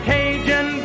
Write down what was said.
Cajun